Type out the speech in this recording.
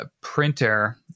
printer